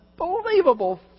unbelievable